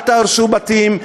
אל תהרסו בתים.